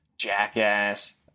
Jackass